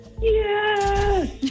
Yes